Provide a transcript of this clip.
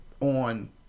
On